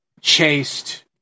chased